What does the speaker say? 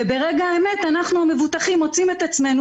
ברגע האמת אנחנו המבוטחים מוצאים את עצמנו